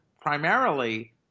primarily